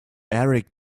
eric